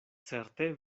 certe